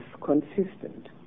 consistent